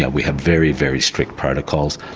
yeah we have very, very strict protocols.